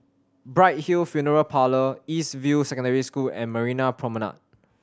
Bright Hill Funeral Parlour East View Secondary School and Marina Promenade